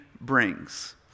brings